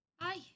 Hi